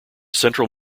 central